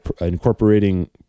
incorporating